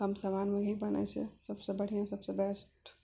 कम सामानमे ही बनय छै सबसँ बढ़िआँ सबसँ बेस्ट